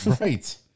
Right